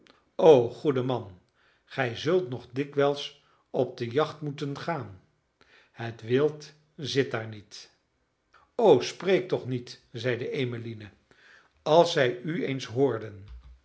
o goede man gij zult nog dikwijls op de jacht moeten gaan het wild zit daar niet o spreek toch niet zeide emmeline als zij u eens hoorden